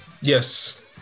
Yes